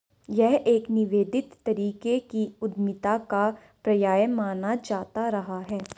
यह एक निवेदित तरीके की उद्यमिता का पर्याय माना जाता रहा है